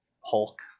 Hulk